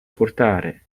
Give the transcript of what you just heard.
portare